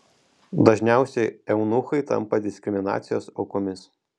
dažniausiai eunuchai tampa diskriminacijos aukomis